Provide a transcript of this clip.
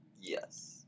Yes